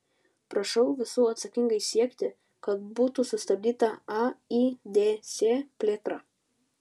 prašau visų atsakingai siekti kad būtų sustabdyta aids plėtra